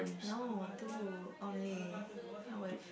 no two only I with